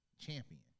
Champion